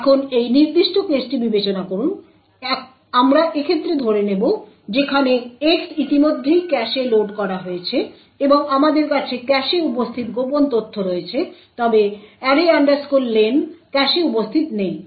এখন এই নির্দিষ্ট কেসটি বিবেচনা করুন আমরা এক্ষেত্রে ধরে নেব যেখানে X ইতিমধ্যেই ক্যাশে লোড করা হয়েছে এবং আমাদের কাছে ক্যাশে উপস্থিত গোপন তথ্য রয়েছে তবে array len ক্যাশে উপস্থিত নেই